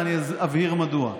ואני אבהיר מדוע.